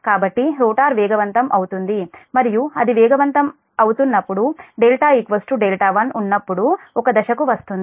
కాబట్టి రోటర్ వేగవంతం అవుతుంది మరియు అది వేగవంతం అవుతున్నప్పుడు δ δ1 ఉన్నప్పుడు ఒక దశకు వస్తుంది